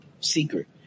secret